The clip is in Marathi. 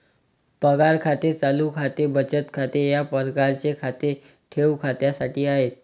पगार खाते चालू खाते बचत खाते या प्रकारचे खाते ठेव खात्यासाठी आहे